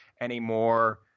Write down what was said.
anymore